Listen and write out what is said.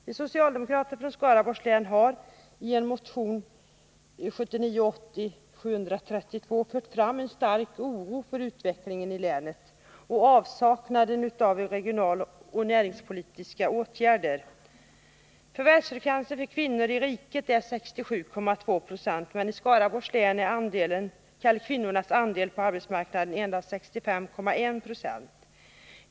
Vi socialdemokrater från Skaraborgs län har i motion 1979/80:732 uttryckt en stark oro för utvecklingen i länet med anledning av avsaknaden av regionalpolitiska och näringspolitiska åtgärder. Förvärvsfrekvensen i riket när det gäller kvinnor är 67,2 Yo, men i Skaraborgs län är kvinnornas andel på arbetsmarknaden endast 65,1 96.